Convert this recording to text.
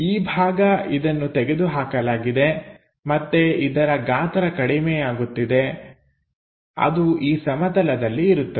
ಈ ಭಾಗ ಇದನ್ನು ತೆಗೆದುಹಾಕಲಾಗಿದೆ ಮತ್ತೆ ಇದರ ಗಾತ್ರ ಕಡಿಮೆಯಾಗುತ್ತಿದೆ ಅದು ಈ ಸಮತಲದಲ್ಲಿ ಇರುತ್ತದೆ